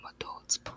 adults